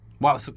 Wow